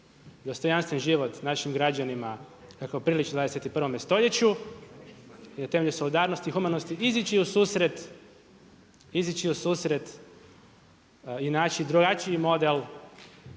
dostojanstven život našim građanima kako priliči u 21. stoljeću i na temelju solidarnosti i humanosti izići u susret i naći drugačiji model